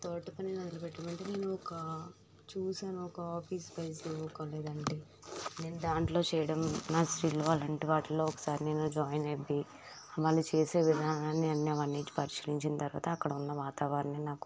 తోటపని మొదలు పెట్టమంటే నేనొక చూసాను ఒక ఆఫీస్ ఫేసు కొనేదానికి నేను దాంట్లో చేయడం మా వాళ్ళ వాటిల్లో ఒకసారి నేను జాయిన్ అయ్యి వాళ్ళు చేసే విధానాన్ని అన్నీ అవన్నీ పరిశీలించిన తరవాత అక్కడ ఉన్న వాతావరణం నాకు